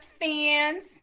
fans